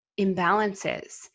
imbalances